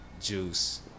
Juice